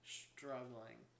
struggling